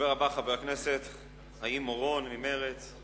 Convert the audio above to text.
הדובר הבא, חבר הכנסת חיים אורון ממרצ.